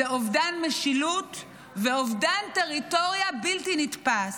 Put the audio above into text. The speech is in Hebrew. זה אובדן משילות ואובדן טריטוריה בלתי נתפס.